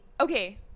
okay